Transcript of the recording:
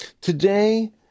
Today